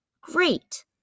great